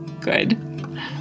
good